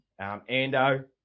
ando